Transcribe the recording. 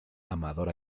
amador